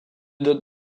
donne